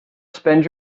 spend